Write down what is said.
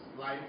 life